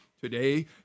Today